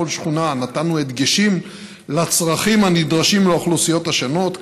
בכל שכונה נתנו הדגשים לצרכים הנדרשים לאוכלוסיות השונות.